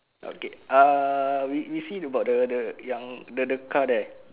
okay uh we we see about the the yang the the car there